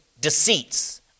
deceits